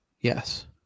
Yes